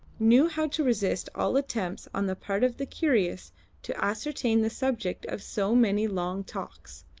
knew how to resist all attempts on the part of the curious to ascertain the subject of so many long talks.